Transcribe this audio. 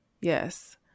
Yes